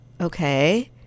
Okay